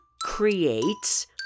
creates